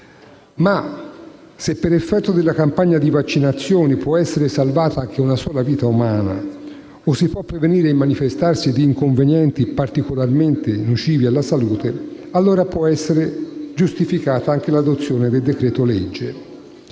Se, però, per effetto della campagna di vaccinazioni, può essere salvata anche una sola vita umana o si può prevenire il manifestarsi di inconvenienti particolarmente nocivi alla salute, allora può essere giustificata anche l'adozione del decreto-legge.